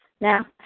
now